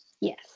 yes